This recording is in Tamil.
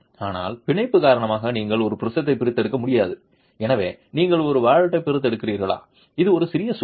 ஆனால் பிணைப்பு காரணமாக நீங்கள் ஒரு ப்ரிஸத்தை பிரித்தெடுக்க முடியாது எனவே நீங்கள் ஒரு வாலெட்டை பிரித்தெடுக்கிறீர்கள் இது ஒரு சிறிய சுவர்